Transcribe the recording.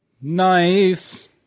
Nice